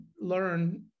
learn